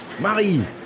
Marie